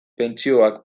pentsioak